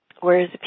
whereas